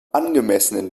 angemessenen